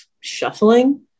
shuffling